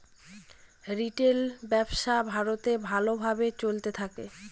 retail ব্যবসা ভারতে ভালো ভাবে চলতে থাকে